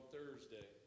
Thursday